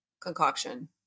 concoction